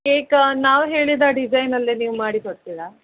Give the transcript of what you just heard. cake ನಾವು ಹೇಳಿದ design ಅಲ್ಲಿಯೇ ನೀವು ಮಾಡಿ ಕೊಡ್ತೀರ